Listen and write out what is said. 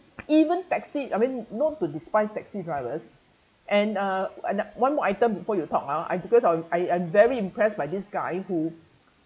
even taxi I mean not to despise taxi drivers and uh and one more item before you talk ah I because of I I'm very impressed by this guy who